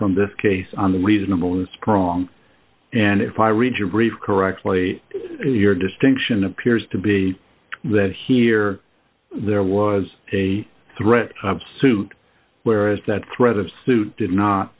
from this case on the reasonable and strong and if i read your brief correctly your distinction appears to be that here there was a threat suit where is that threat of suit did not